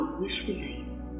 visualize